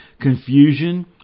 Confusion